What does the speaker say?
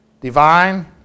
divine